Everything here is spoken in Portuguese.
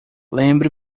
lembre